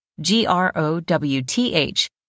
g-r-o-w-t-h